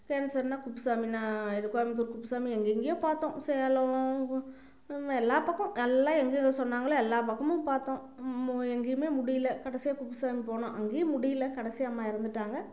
கேன்சர்னால் குப்புசாமிநாயுடு கோயம்புத்தூர் குப்புசாமி எங்கெங்கேயோ பார்த்தோம் சேலம் எல்லா பக்க எல்லா எங்கெங்க சொன்னாங்களோ எல்லா பக்கமும் பார்த்தோம் எங்கேயுமே முடியல கடைசியாக குப்புசாமி போனோம் அங்கேயும் முடியல கடைசியாக அம்மா இறந்துட்டாங்க